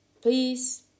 please